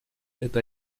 это